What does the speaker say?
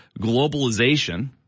globalization